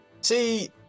See